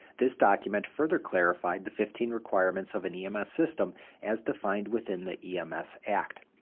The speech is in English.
this document further clarified the fifteen requirements of an ems system as defined within the ems act.